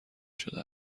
شده